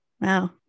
Wow